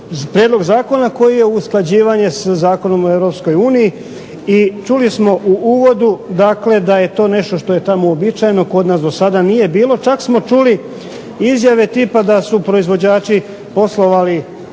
prijedlog zakona koji je usklađivanje sa Zakonom o Europskoj uniji. I čuli smo u uvodu, dakle da je to nešto što je tamo uobičajeno. Kod nas do sada nije bilo. Čak smo čuli izjave tipa da su proizvođači poslovali